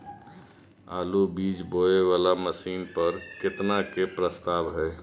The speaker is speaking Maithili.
आलु बीज बोये वाला मशीन पर केतना के प्रस्ताव हय?